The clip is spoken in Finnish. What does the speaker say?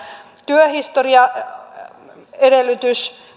työhistoriaedellytys